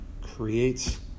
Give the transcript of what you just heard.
creates